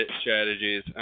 strategies